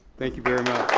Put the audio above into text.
thank you very